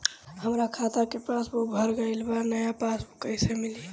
हमार खाता के पासबूक भर गएल बा त नया पासबूक कइसे मिली?